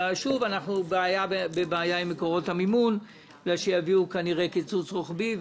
שוב אנחנו בבעיה עם מקורות המימון בגלל שיביאו כנראה קיצוץ רוחבי.